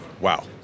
Wow